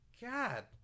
god